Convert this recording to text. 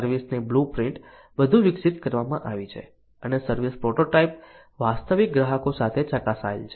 service ની blueprint વધુ વિકસિત કરવામાં આવી છે અને સર્વિસ પ્રોટોટાઇપ વાસ્તવિક ગ્રાહકો સાથે ચકાસાયેલ છે